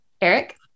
Eric